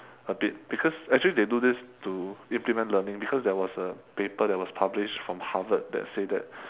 a bit because actually they do this to implement learning because there was a paper that was published from harvard that say that